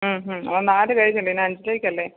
ഹും ഹും അവൻ നാല് കഴിഞ്ഞില്ലേ ഇനി അഞ്ചിലേക്കല്ലേ